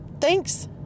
thanks